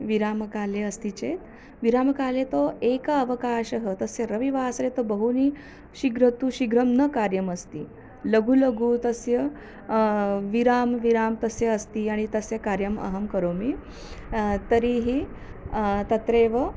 विरामकाले अस्ति चेत् विरामकाले तु एकः अवकाशः तस्य रविवासरे तु बहूनि शीघ्राति शीघ्रं न कार्यमस्ति लघु लघु तस्य विरामं विरामं तस्य अस्ति अण तस्य कार्यम् अहं करोमि तर्हि तत्रेव